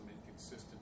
inconsistency